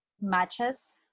matches